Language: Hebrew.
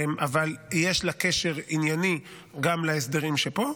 אבל יש לה קשר ענייני גם להסדרים שפה.